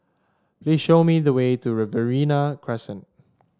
please show me the way to Riverina Crescent